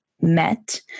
met